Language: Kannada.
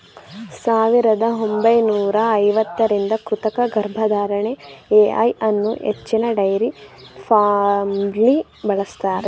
ಸಾವಿರದ ಒಂಬೈನೂರ ಐವತ್ತರಿಂದ ಕೃತಕ ಗರ್ಭಧಾರಣೆ ಎ.ಐ ಅನ್ನೂ ಹೆಚ್ಚಿನ ಡೈರಿ ಫಾರ್ಮ್ಲಿ ಬಳಸ್ತಾರೆ